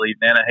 Nana